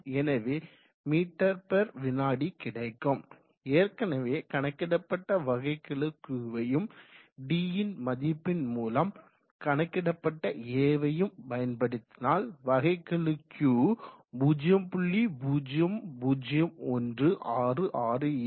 எனவே மீவி ms கிடைக்கும் ஏற்கனவே கணக்கிடப்பட்ட வகைக்கெழு Qவையும் D மதிப்பின் மூலம் கணக்கிடப்பட்ட A வையும் பயன்படுத்தினால் வகைக்கெழு Q 0